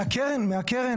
מהקרן.